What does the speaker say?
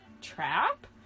trap